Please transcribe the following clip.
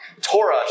Torah